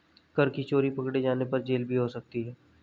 कर की चोरी पकडे़ जाने पर जेल भी हो सकती है